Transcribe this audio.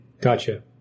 Gotcha